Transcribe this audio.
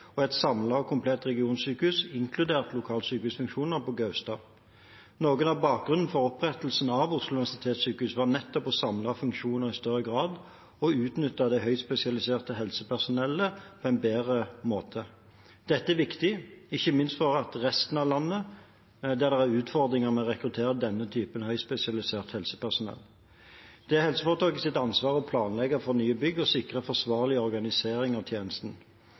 og et samlet og komplett regionssykehus, inkludert lokalsykehusfunksjoner, på Gaustad. Noe av bakgrunnen for opprettelsen av Oslo universitetssykehus var nettopp å samle funksjoner i større grad, og å utnytte det høyspesialiserte helsepersonellet på en bedre måte. Dette er viktig, ikke minst for resten av landet, hvor det er utfordringer med å rekruttere denne typen høyspesialisert helsepersonell. Det er helseforetakets ansvar å planlegge for nye bygg og sikre forsvarlig organisering av tjenesten.